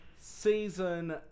Season